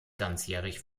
ganzjährig